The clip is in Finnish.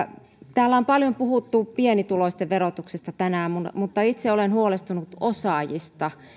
täällä on paljon puhuttu pienituloisten verotuksesta tänään mutta itse olen huolestunut osaajista